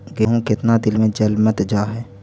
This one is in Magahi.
गेहूं केतना दिन में जलमतइ जा है?